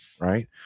right